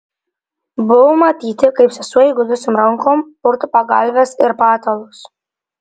buvo matyti kaip sesuo įgudusiom rankom purto pagalves ir patalus